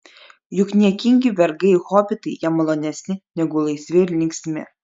juk niekingi vergai hobitai jam malonesni negu laisvi ir linksmi